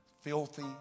filthy